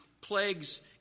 plagues